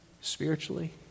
spiritually